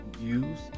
use